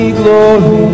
glory